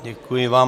Děkuji vám.